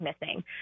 missing